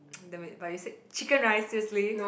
damn it but you said Chicken Rice seriously